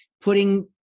putting